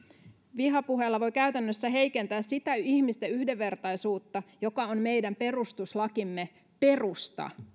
vihapuheella voi käytännössä heikentää sitä ihmisten yhdenvertaisuutta joka on meidän perustuslakimme perusta